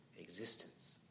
existence